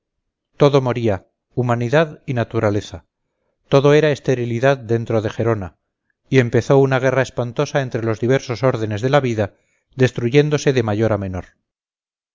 todo moría humanidad y naturaleza todo era esterilidad dentro de gerona y empezó una guerra espantosa entre los diversos órdenes de la vida destruyéndose de mayor a menor